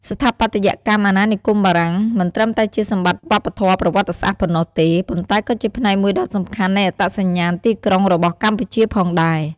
ស្ថាបត្យកម្មអាណានិគមបារាំងមិនត្រឹមតែជាសម្បត្តិវប្បធម៌ប្រវត្តិសាស្ត្រប៉ុណ្ណោះទេ ប៉ុន្តែក៏ជាផ្នែកមួយដ៏សំខាន់នៃអត្តសញ្ញាណទីក្រុងរបស់កម្ពុជាផងដែរ។